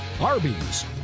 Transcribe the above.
Arby's